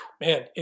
man